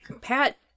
Pat